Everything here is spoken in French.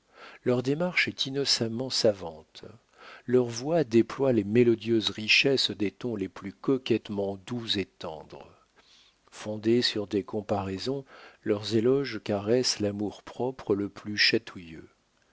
leur démarche est innocemment savante leur voix déploie les mélodieuses richesses des tons les plus coquettement doux et tendres fondés sur des comparaisons leurs éloges caressent l'amour propre le plus chatouilleux